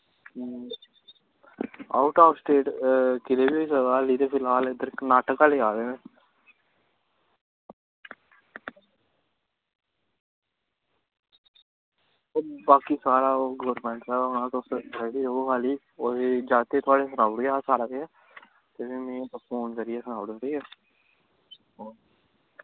out of state कुदै बी होई सकदा हाल्ली ते फिल्हाल इद्धर करनाटका लेआ दे नै बाकी सारा गौरमैंट दा होना तुस रड़ी र'वो खाल्ली जागते गी थोआढ़े गी सनाई ओड़ेआ हा सारा किश ते मिगी फोन करियै सनाई ओड़ेओ ठीक ऐ